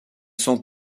sont